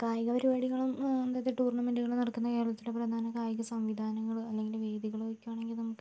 കായിക പരിപാടികളും ടൂർണമെന്റുകളും നടക്കുന്ന കേരളത്തിലെ പ്രധാന കായിക സംവിധാനങ്ങൾ അല്ലെങ്കിൽ വേദികൾ ചോദിക്കുകയാണെങ്കിൽ നമുക്ക്